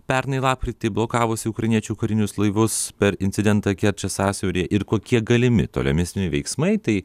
pernai lapkritį blokavusį ukrainiečių karinius laivus per incidentą kerčės sąsiauryje ir kokie galimi tolimesni veiksmai tai